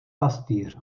pastýř